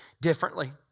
differently